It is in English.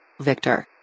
Victor